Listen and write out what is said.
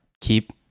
keep